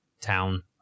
town